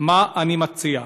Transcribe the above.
למה שאני מציע.